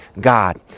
God